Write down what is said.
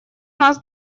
нас